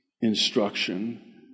instruction